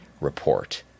report